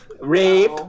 rape